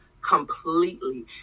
completely